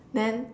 then